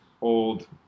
old